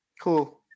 Cool